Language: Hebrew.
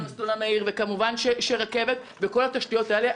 וכמובן שהמסלול המהיר וכמובן שרכבת וכל התשתיות האלה,